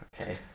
Okay